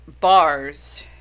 bars